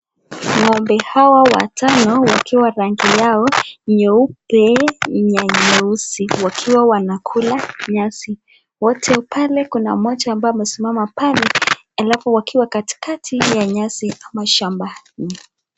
N'gombe hawa watano wakiwa rangi yao nyeupe na nyeusi wakiwa wanakula nyasi wote pale kuna mmoja ambaye amesimama pale alafu wakiwa katikati ya nyasi au shambani.